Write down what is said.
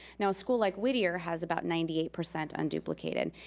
now a school like whittier has about ninety eight percent unduplicated.